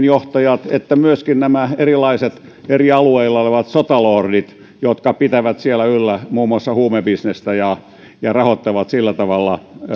johtajat että myöskin nämä erilaiset eri alueilla olevat sotalordit jotka pitävät siellä yllä muun muassa huumebisnestä ja ja rahoittavat sillä tavalla